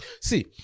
see